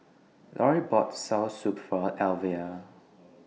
Laurie bought Soursop For Elvia